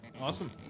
Awesome